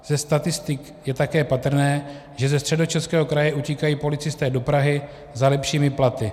Ze statistik je také patrné, že ze Středočeského kraje utíkají policisté do Prahy za lepšími platy.